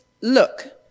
look